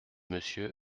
monsieur